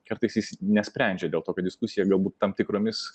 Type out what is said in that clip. kartais jis nesprendžia dėl to kad diskusija galbūt tam tikromis